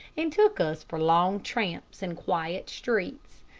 and took us for long tramps in quiet streets.